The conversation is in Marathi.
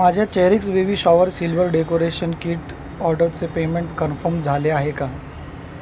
माझ्या चॅरिक्स baby shower silver decoration kit ऑर्डरचे पेमेंट कन्फम झाले आहे का